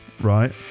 right